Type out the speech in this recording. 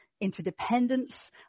interdependence